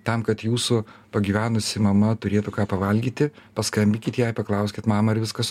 tam kad jūsų pagyvenusi mama turėtų ką pavalgyti paskambykit jai paklauskit mama ar viskas